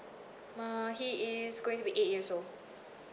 uh he is going to be eight years old